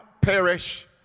perish